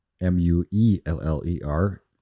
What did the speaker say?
M-U-E-L-L-E-R